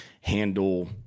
handle